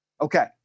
Okay